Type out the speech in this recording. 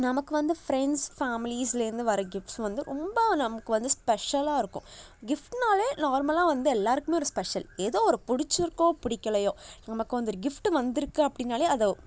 நமக்கு வந்து ஃப்ரெண்ட்ஸ் ஃபேமிலிஸ்லேருந்து வர கிஃப்ட்ஸ் வந்து ரொம்ப நமக்கு வந்து ஸ்பெஷலாக இருக்கும் கிஃப்ட்னாலே நார்மலாக வந்து எல்லோருக்குமே ஒரு ஸ்பெஷல் ஏதோ ஒரு பிடிச்சிருக்கோ பிடிக்கலையோ நமக்கு ஒரு கிஃப்ட் வந்துருக்குது அப்படின்னாலே அதை